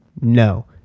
no